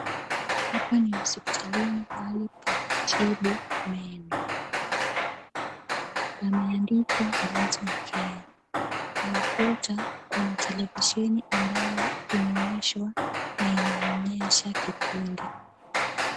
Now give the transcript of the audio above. Hapa ni hospitalini pahali pa kutibu meno. Pameandikwa dental care . Kwa ukuta kuna televisheni ambayo imewashwa na inaonyesha kipindi.